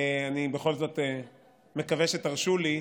אני בכל זאת מקווה שתרשו לי.